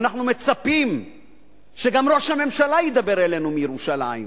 ואנחנו מצפים שגם ראש הממשלה ידבר אלינו מירושלים.